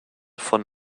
von